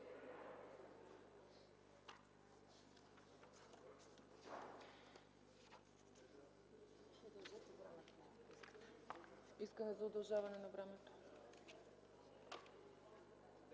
Искане за удължаване на времето.